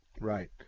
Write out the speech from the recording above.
Right